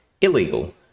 illegal